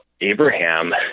Abraham